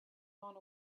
gone